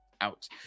out